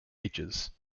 ages